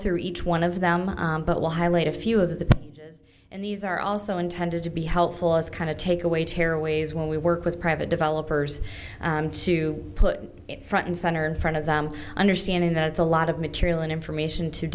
through each one of them but we'll highlight a few of the and these are also intended to be helpful as kind of take away terror always when we work with private developers to put it front and center in front of them understanding that it's a lot of material and information to